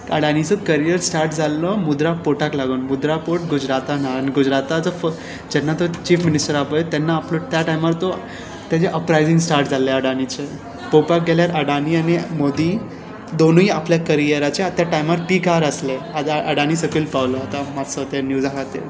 अडानीचो career start जाल्लो मुद्रा पोर्टाक लागून मुद्रा पोर्ट गुजरातांत हा आनी गुजराताचो जेन्ना तो चीफ मिनिस्टर आसा पळय तेन्ना तो आपलो त्या टायमार ताचें अपरायजींग स्टार्ट जाल्लें अडानीचें पळोवपाक गेल्यार अडानी आनी मोदी दोनीय आपल्या करियराचे त्या टायमार पिकार आसले आतां अडानी सकयल पावलो आतां मातसो ते न्यूजा खातीर